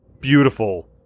beautiful